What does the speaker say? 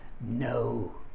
No